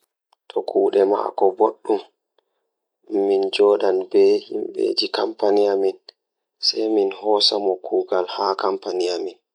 Ko woni e hoore neɗɗo ko wi'ude e artwork, sabu woni ko e laamɗe, ndiyam ko njifti e njangol ngal. Nde artwork wi’ete ko ndiyam ngam sabu yengude ko sabu art e laamɗe ngal.